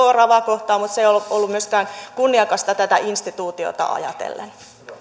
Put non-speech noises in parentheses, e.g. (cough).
(unintelligible) oravaa kohtaan mutta se ei ole ollut kunniakasta myöskään tätä instituutiota ajatellen